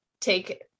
take